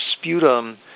sputum